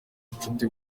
ubucuti